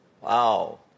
Wow